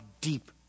deep